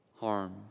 harm